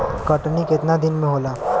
कटनी केतना दिन में होला?